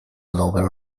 lower